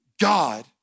God